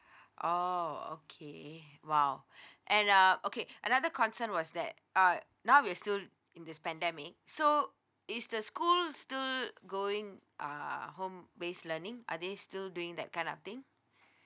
oh okay !wow! and um okay another concern was that uh now we're still in this pandemic so is the school still going uh home based learning are they still doing that kind of thing